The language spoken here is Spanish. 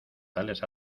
tales